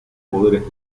poderes